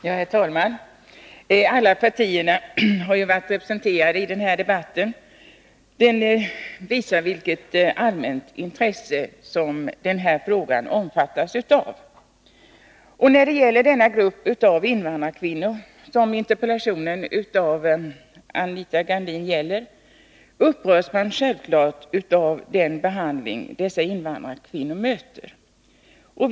Herr talman! Alla partier har ju varit representerade i denna debatt, vilket visar det allmänna intresset för den här frågan. Beträffande denna grupp av invandrarkvinnor, som Anita Gradins interpellation gäller, vill jag säga att det ju är självklart att man upprörs av dessa invandrarkvinnors behandling.